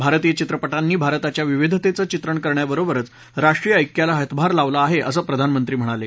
भारतीय चित्रपटांनी भारताच्या विविधतेचं चित्रण करण्याबरोबरच राष्ट्रीय ऐक्याला हातभार लावला आहे असं प्रधानमंत्री म्हणाले